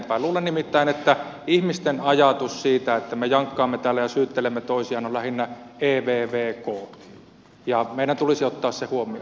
luulen nimittäin että ihmisten ajatus siitä että me jankkaamme täällä ja syyttelemme toisiamme on lähinnä evvk ja meidän tulisi ottaa se huomioon